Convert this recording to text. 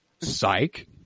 psych